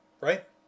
right